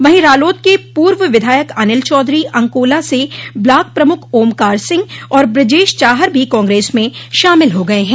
वहीं रालोद के पूर्व विधायक अनिल चौधरी अंकोला से ब्लाक प्रमुख ओमकार सिंह और ब्रजेश चाहर भी कांग्रेस में शामिल हो गये हैं